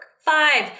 Five